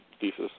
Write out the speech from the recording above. thesis